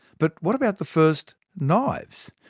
but what about the first knives?